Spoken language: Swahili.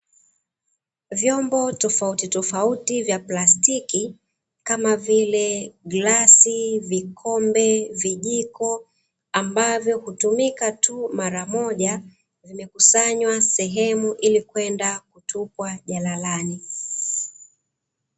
Vyombo tofauti tofauti vya plastiki kama vile; glasi, vikombe, vijiko ambavyo hutumika tu mara moja vimekusanywa sehemu ili kwenda kutupwa jalalani.